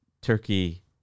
turkey